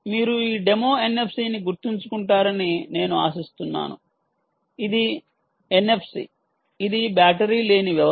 మీరు ఈ demo NFC ను గుర్తుంచుకుంటారని నేను ఆశిస్తున్నాను ఇది NFC ఇది బ్యాటరీ లేని వ్యవస్థ